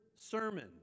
sermon